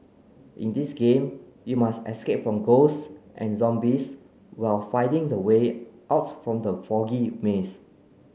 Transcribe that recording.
in this game you must escape from ghosts and zombies while finding the way out from the foggy maze